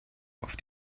auf